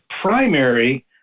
primary